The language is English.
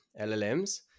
LLMs